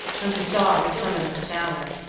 whom he saw at the summit of the tower,